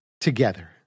together